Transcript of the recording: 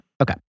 okay